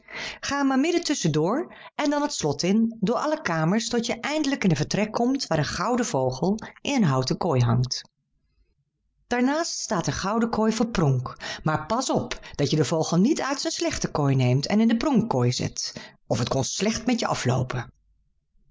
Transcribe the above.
ga er maar midden tusschen door en dan het slot in door alle kamers tot je eindelijk in een vertrek komt waar een gouden vogel in een houten kooi hangt daar naast staat een gouden kooi voor pronk maar pas op dat je den vogel niet uit zijn slechte kooi neemt en in de pronkkooi zet of het kon slecht met je afloopen